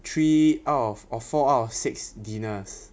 three out of four out of six dinners